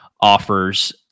offers